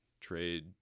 trade